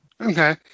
Okay